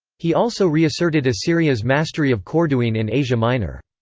he also reasserted assyria's mastery of corduene in asia minor.